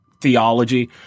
theology